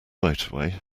motorway